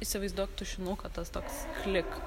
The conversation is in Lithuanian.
įsivaizduok tušinuką tas toks klik